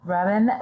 Robin